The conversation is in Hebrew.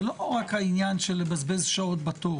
זה לא רק העניין של לבזבז שעות בתור.